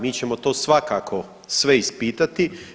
Mi ćemo to svakako sve ispitati.